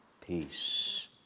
peace